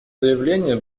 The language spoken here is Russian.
заявления